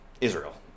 Israel